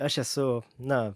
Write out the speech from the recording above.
aš esu na